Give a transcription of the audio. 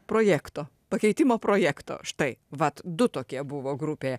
projekto pakeitimo projekto štai vat du tokie buvo grupėje